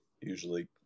usually